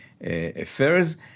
affairs